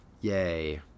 Yay